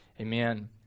Amen